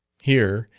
here,